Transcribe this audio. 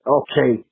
okay